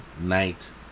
Night